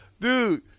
Dude